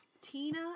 Tina